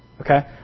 okay